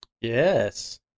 Yes